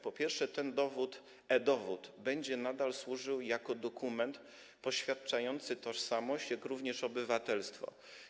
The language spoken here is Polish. Po pierwsze, e-dowód będzie nadal służył jako dokument poświadczający tożsamość jak również obywatelstwo.